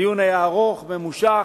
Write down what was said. הדיון היה ארוך וממושך,